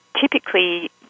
typically